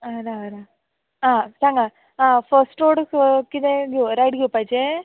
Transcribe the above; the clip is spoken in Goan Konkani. आं राव राव आं सांगात आं फस्ट रोड कितें रायट घेवपाचें